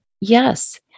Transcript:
Yes